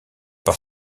par